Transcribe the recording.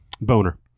Boner